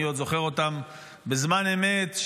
אני עוד זוכר אותן בזמן אמת,